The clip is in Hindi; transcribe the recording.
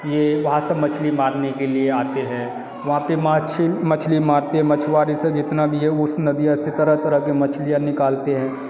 ये वहाँ सब मछली मारने के लिए आते हैं वहाँ पर मच मछली मारते मछुआरे से जितना भी है उस नदिया से तरह तरह के मछलियाँ निकालते हैं